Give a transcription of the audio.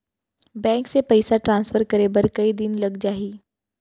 Bank से पइसा transfer करे बर कई दिन लग जाही?